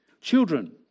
Children